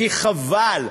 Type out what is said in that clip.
כי חבל,